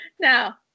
Now